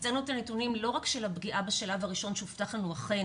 לא רק של הפגיעה בשלב הראשון שהובטח לנו אכן